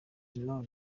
know